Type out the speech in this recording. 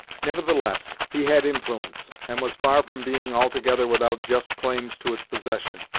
nevertheless, he had influence and was far from being altogether without just claims to its possession.